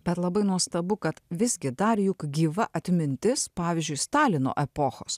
bet labai nuostabu kad visgi dar juk gyva atmintis pavyzdžiui stalino epochos